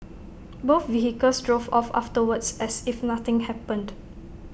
both vehicles drove off afterwards as if nothing happened